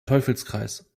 teufelskreis